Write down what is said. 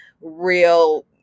real